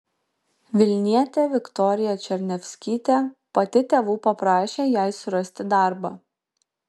vilnietė viktorija černiavskytė pati tėvų paprašė jai surasti darbą